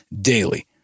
daily